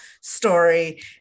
story